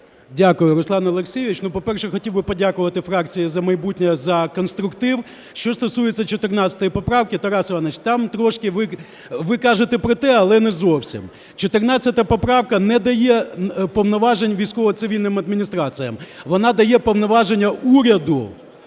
Дякую, Руслан Олексійович. По-перше, хотів би подякувати фракції "За майбутнє" за конструктив. Що стосується 14 поправки, Тарас Іванович, там трішки ви кажете про те, але не зовсім. 14 поправка не дає повноважень військово-цивільним адміністраціям, вона дає повноваження уряду